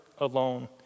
alone